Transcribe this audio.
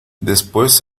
después